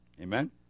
Amen